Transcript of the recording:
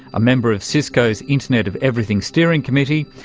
a member of cisco's internet of everything steering committee.